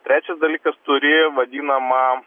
trečias dalykas turi vadinamą